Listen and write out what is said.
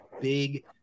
big